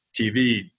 TV